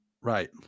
Right